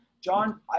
John